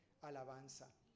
alabanza